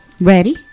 Ready